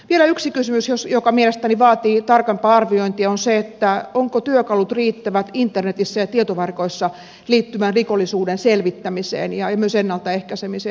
vielä yksi kysymys joka mielestäni vaatii tarkempaa arviointia on se ovatko työkalut riittävät internetiin ja tietoverkkoihin liittyvän rikollisuuden selvittämiseen ja myös ennaltaehkäisemiseen